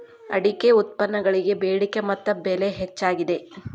ಅಡಿಕೆ ಉತ್ಪನ್ನಗಳಿಗೆ ಬೆಡಿಕೆ ಮತ್ತ ಬೆಲೆ ಹೆಚ್ಚಾಗಿದೆ